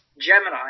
Gemini